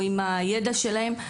או עם הידע שלהם.